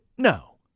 No